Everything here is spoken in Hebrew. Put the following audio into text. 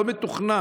לא מתוכננים,